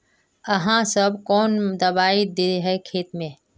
आहाँ सब कौन दबाइ दे है खेत में?